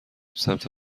سمت